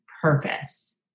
purpose